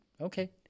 okay